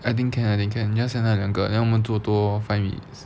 I think can I think can just send 他两个 then 我们做多 five minutes